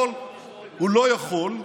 הוא לא יכול.